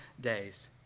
Days